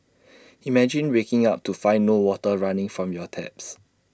imagine waking up to find no water running from your taps